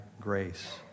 grace